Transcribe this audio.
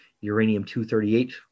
uranium-238